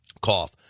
cough